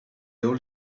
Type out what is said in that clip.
all